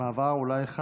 אולי במעבר חד,